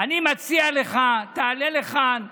אני מציע לך, תעלה לכאן ותגיד: